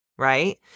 right